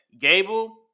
gable